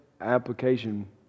application